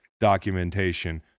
documentation